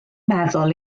meddwl